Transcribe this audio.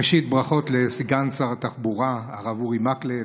ראשית, ברכות לסגן שר התחבורה הרב אורי מקלב,